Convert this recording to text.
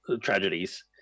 tragedies